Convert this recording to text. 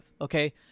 Okay